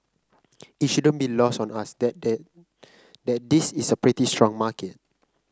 it shouldn't be lost on us that that that this is a pretty strong market